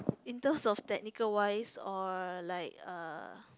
in terms of technical wise or like uh